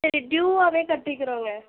சரி டியூவாகவே கட்டிக்கிறோங்க